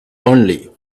only